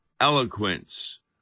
eloquence